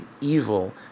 evil